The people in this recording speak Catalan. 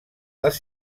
les